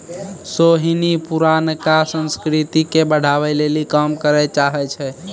सोहिनी पुरानका संस्कृति के बढ़ाबै लेली काम करै चाहै छै